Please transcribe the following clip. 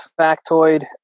factoid